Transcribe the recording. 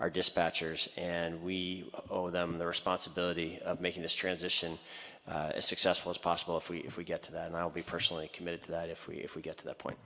our dispatchers and we owe them the responsibility of making this transition as successful as possible if we if we get to that and i'll be personally committed that if we if we get to that point